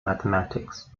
mathematics